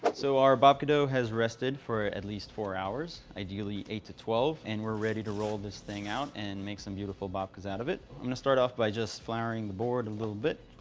but so our babka dough has rested for at least four hours ideally eight to twelve and we're ready to roll this thing out and make some beautiful babkas out of it. i'm to start off by just flouring the board a little bit.